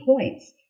points